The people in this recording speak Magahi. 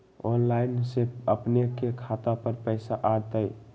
ऑनलाइन से अपने के खाता पर पैसा आ तई?